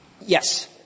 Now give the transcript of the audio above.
Yes